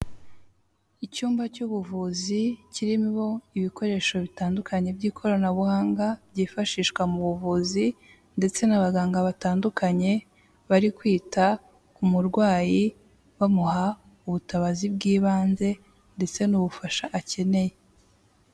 Icyumba cy'ubuvuzi kirimo ibikoresho bitandukanye by'ikoranabuhanga, byifashishwa mu buvuzi ndetse n'abaganga batandukanye bari kwita ku murwayi, bamuha ubutabazi bw'ibanze ndetse n'ubufasha akeneye.